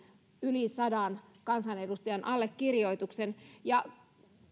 yli sadan kansanedustajan allekirjoituksen